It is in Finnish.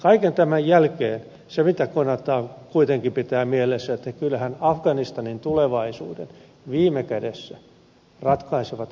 kaiken tämän jälkeen se mitä kannattaa kuitenkin pitää mielessä on se että kyllähän afganistanin tulevaisuuden viime kädessä ratkaisevat afganistanilaiset itse